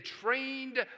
trained